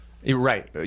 Right